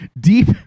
deep